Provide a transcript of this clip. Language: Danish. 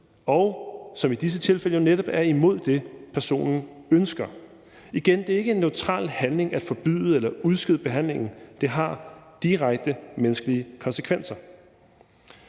og som i disse tilfælde jo netop er imod det, personen ønsker. Igen vil jeg sige, at det ikke er en neutral handling at forbyde eller udskyde behandlingen; det har direkte menneskelige konsekvenser.